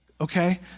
okay